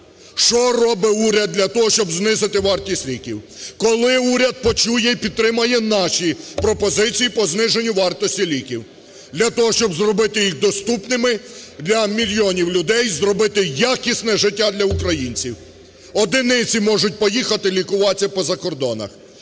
Що робить уряд для того, щоб знизити вартість ліків? Коли уряд почує й підтримає наші пропозиції по зниженню вартості ліків для того, щоб зробити їх доступними для мільйонів людей, зробити якісне життя для українців? Одиниці можуть поїхати лікуватися по закордонах.